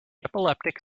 epileptic